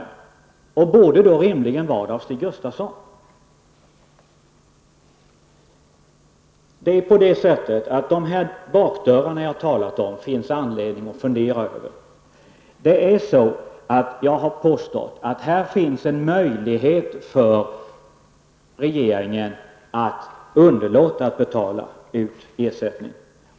Då bör han rimligen bli frikänd också av Stig Gustafsson. Det finns anledning att fundera över de bakdörrar som jag har talat om. Jag har påstått att det här finns en möjlighet för regeringen att underlåta att betala ut ersättning.